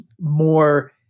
more